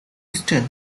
eastern